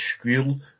school